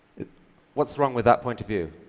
what's wrong with that point of view?